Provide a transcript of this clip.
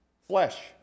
Flesh